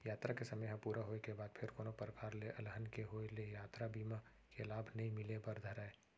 यातरा के समे ह पूरा होय के बाद फेर कोनो परकार ले अलहन के होय ले यातरा बीमा के लाभ नइ मिले बर धरय